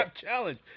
challenge